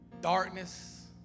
Darkness